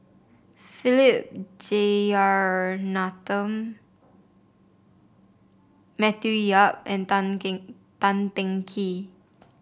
Philip Jeyaretnam Matthew Yap and Tan King Tan Teng Kee